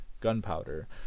gunpowder